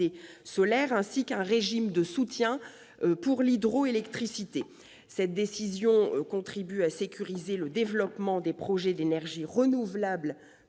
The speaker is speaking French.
solaire, ainsi qu'un régime de soutien pour l'hydroélectricité. Cette décision contribue à sécuriser le développement des projets d'énergies renouvelables